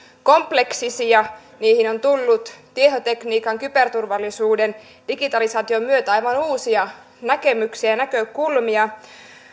kompleksisia niihin on tullut tietotekniikan kyberturvallisuuden ja digitalisaation myötä aivan uusia näkemyksiä ja näkökulmia